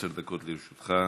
עשר דקות לרשותך.